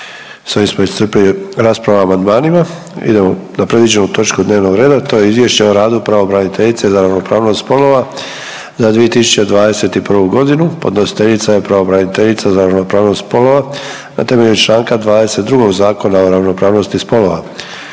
**Sanader, Ante (HDZ)** Idemo na predviđenu točku dnevnog reda, to je: - Izvješće o radu pravobraniteljice za ravnopravnost spolova za 2021.g.; Podnositeljica je pravobraniteljica za ravnopravnost spolova na temelju čl. 22. Zakona o ravnopravnosti spolova.